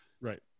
right